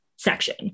section